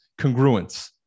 Congruence